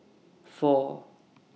four